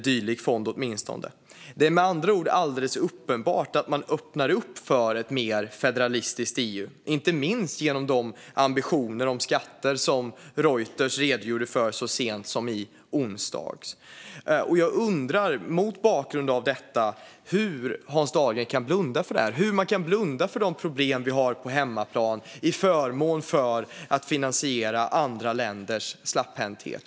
Det är med andra ord alldeles uppenbart att man öppnar för ett mer federalistiskt EU, inte minst genom ambitioner om skatter som Reuters redogjorde för så sent som i onsdags. Hur kan Hans Dahlgren blunda för de problem som finns på hemmaplan till förmån för att finansiera andra länders slapphänthet?